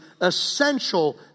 essential